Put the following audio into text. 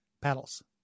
Paddles